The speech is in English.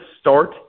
start